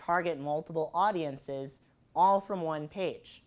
target multiple audiences all from one page